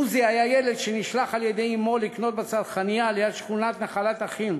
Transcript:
עוזי היה ילד כשנשלח על-ידי אמו לקנות בצרכנייה ליד שכונת נחלת-אחים,